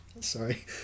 Sorry